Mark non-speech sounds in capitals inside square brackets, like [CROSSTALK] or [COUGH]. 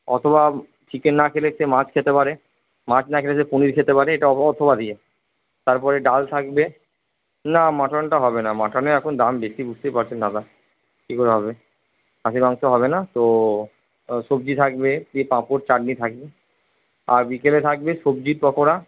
অথবা চিকেন না খেলে সে মাছ খেতে পারে মাছ না খেলে সে পনির খেতে পারে এটা [UNINTELLIGIBLE] অথবা দিয়ে তারপরে ডাল থাকবে না মাটনটা হবে না মাটনের এখন দাম বেশি বুঝতেই পারছেন দাদা কি করে হবে খাসির মাংস হবে না তো সবজি থাকবে দিয়ে পাঁপড় চাটনি থাকবে আর বিকেলে থাকবে সবজির পকোড়া